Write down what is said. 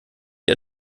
ihr